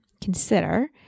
consider